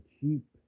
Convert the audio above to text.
cheap